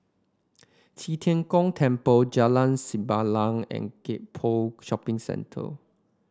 Qi Tian Gong Temple Jalan Sembilang and Gek Poh Shopping Centre